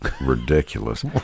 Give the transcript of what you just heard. ridiculous